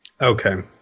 Okay